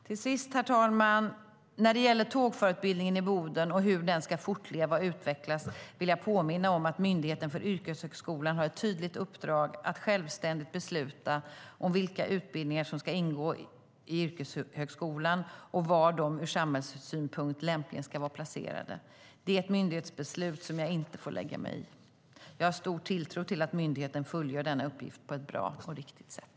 Till sist, herr talman, när det gäller tågförarutbildningen i Boden och hur den ska fortleva och utvecklas vill jag påminna om att Myndigheten för yrkeshögskolan har ett tydligt uppdrag att självständigt besluta om vilka utbildningar som ska ingå i yrkeshögskolan och var de ur samhällssynpunkt lämpligen ska vara placerade. Det är ett myndighetsbeslut som jag inte får lägga mig i. Jag har stor tilltro till att myndigheten fullgör denna uppgift på ett bra och riktigt sätt.